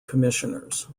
commissioners